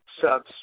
subs